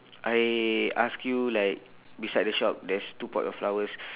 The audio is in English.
I ask you like beside the shop there's two pot of flowers